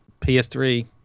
PS3